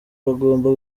bagomba